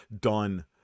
done